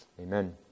Amen